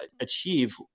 achieve